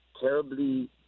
terribly